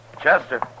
Chester